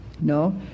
No